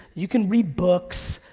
you can read books,